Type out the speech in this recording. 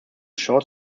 short